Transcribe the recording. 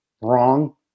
wrong